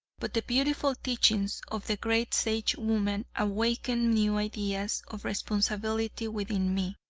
but the beautiful teachings of the great sagewoman awakened new ideas of responsibility within me,